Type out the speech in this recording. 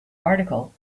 article